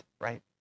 right